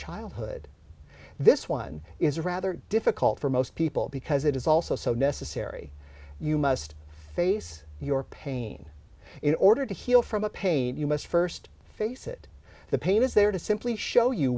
childhood this one is rather difficult for most people because it is also so necessary you must face your pain in order to heal from a pain you must first face it the pain is there to simply show you